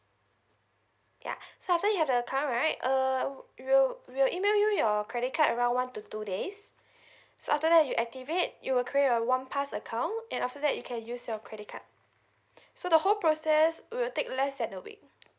ya so after you have your account right err we'll we'll email you your credit card around one to two days so after that you activate you will create a one pass account and after that you can use your credit card so the whole process will take less than a week